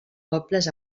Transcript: pobles